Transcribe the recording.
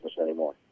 anymore